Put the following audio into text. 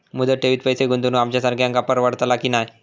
मुदत ठेवीत पैसे गुंतवक आमच्यासारख्यांका परवडतला की नाय?